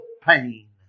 pain